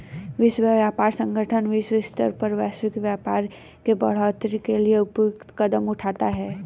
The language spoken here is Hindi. विश्व व्यापार संगठन विश्व स्तर पर वैश्विक व्यापार के बढ़ोतरी के लिए उपयुक्त कदम उठाता है